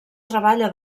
treballa